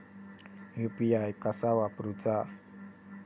UPI कसा वापरूचा?